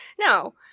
No